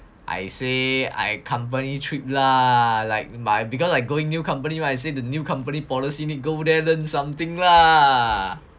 I say I company trip lah like my because I going new company [right] it's the new company policy you need go there learn something lah